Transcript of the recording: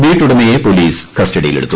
വീട്ടുടമയെ police കസ്റ്റഡിയി ലെടുത്തു